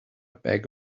beg